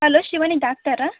hello Shivani ಡಾಕ್ಟರ